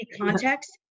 context